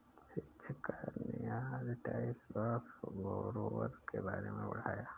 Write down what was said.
शिक्षिका ने आज टाइप्स ऑफ़ बोरोवर के बारे में पढ़ाया है